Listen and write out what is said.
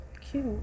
Cute